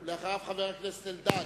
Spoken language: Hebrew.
אחריו, חבר הכנסת אלדד.